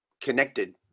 connected